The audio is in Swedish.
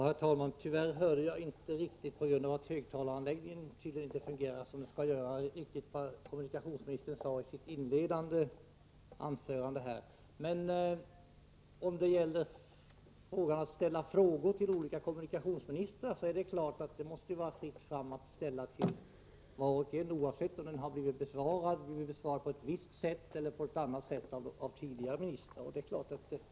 Herr talman! På grund av att högtalaranläggningen tydligen inte fungerar så som den skall hörde jag tyvärr inte riktigt vad kommunikationsministern sade i inledningen av sitt anförande, men om det gällde frågor till olika kommunikationsministrar så är det klart att det måste vara fritt fram att ställa frågor oavsett på vilket sätt de har blivit besvarade av en tidigare minister.